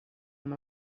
amb